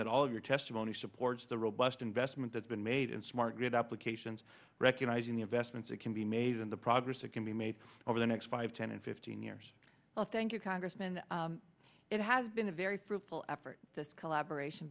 that all of your testimony supports the robust investment that's been made in smart grid applications recognizing the investments that can be made in the progress that can be made over the next five ten and fifteen years well thank you congressman it has been a very fruitful effort this collaboration